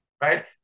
right